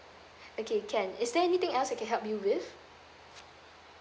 okay can is there anything else I can help you with